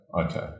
okay